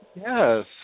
Yes